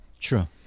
True